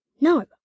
No